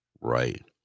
right